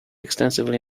extensively